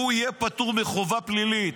הוא יהיה פה פטור מחובה פלילית.